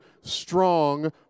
strong